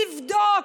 נבדוק.